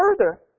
further